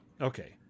okay